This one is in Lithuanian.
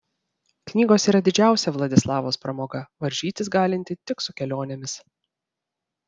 knygos yra didžiausia vladislavos pramoga varžytis galinti tik su kelionėmis